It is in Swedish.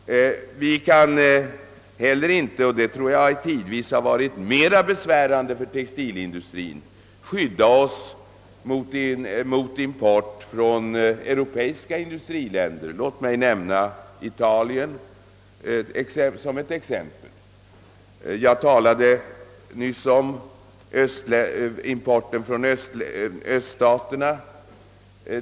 Vi kan heller inte — det tror jag tidvis har varit mera besvärande för textilindustrien — skydda oss mot import från europeiska industriländer; låt mig nämna Italien som ett exempel. Jag talade nyss om importen från öststaterna.